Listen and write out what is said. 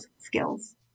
skills